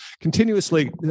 continuously